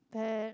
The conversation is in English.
but